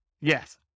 Yes